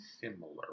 similar